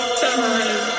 time